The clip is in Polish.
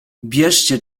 bierzcie